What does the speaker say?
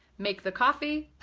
make the coffee.